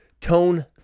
Tone